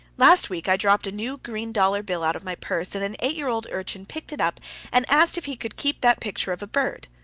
last week i dropped a new green dollar bill out of my purse, and an eight-year-old urchin picked it up and asked if he could keep that picture of a bird.